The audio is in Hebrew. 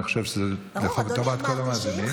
אני חושב שזה לטובת כל המאזינים,